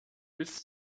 bis